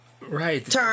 right